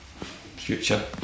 future